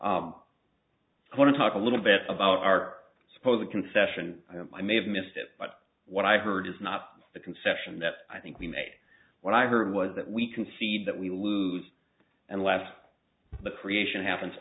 make i want to talk a little bit about are suppose a concession i may have missed it but what i've heard is not the conception that i think we made when i heard was that we concede that we lose unless the creation happens